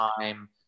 time